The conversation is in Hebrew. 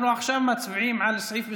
אנחנו עכשיו מצביעים על סעיף מס'